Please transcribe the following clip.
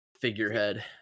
figurehead